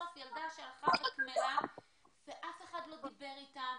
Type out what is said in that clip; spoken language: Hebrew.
בסוף ילדה שהלכה וקמלה ואף אחד לא דיבר איתה,